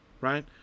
Right